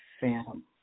phantom